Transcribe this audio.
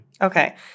Okay